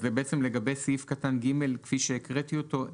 אז לגבי סעיף קטן (ג) כפי שהקראתי אותו,